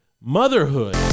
motherhood